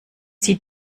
zieh